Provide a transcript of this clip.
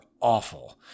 awful